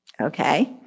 Okay